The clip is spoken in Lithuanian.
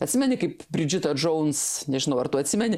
atsimeni kaip bridžita džouns nežinau ar tu atsimeni